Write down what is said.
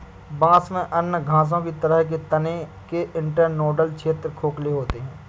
बांस में अन्य घासों की तरह के तने के इंटरनोडल क्षेत्र खोखले होते हैं